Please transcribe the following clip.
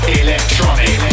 electronic